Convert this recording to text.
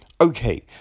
Okay